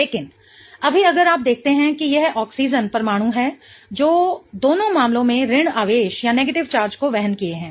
लेकिन अभी अगर आप देखते हैं कि यह ऑक्सीजन परमाणु है जो दोनों मामलों में ऋण आवेश को वहन किए हैं